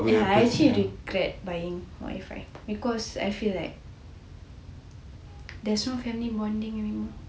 ya I actually regret buying wi-fi because I feel like there is no family bonding anymore